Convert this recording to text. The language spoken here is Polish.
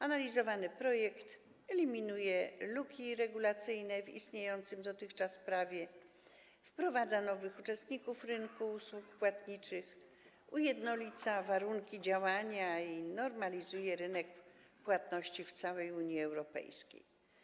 Analizowany projekt eliminuje luki regulacyjne w istniejącym dotychczas prawie, wprowadza nowych uczestników rynku usług płatniczych, ujednolica warunki działania i normalizuje rynek płatności w całej Unii Europejskiej.